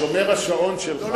שומר השעון שלך,